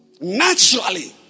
naturally